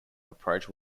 approach